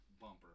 bumper